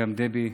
וגם דבי,